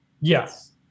Yes